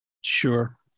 Sure